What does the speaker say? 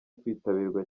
kwitabirwa